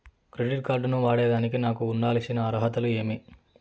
Credit card ను వాడేదానికి నాకు ఉండాల్సిన అర్హతలు ఏమి?